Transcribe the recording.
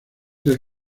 del